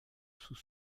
sous